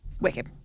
Wicked